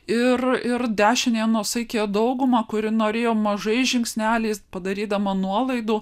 ir ir dešinę nuosaikią daugumą kuri norėjo mažais žingsneliais padarydama nuolaidų